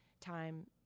time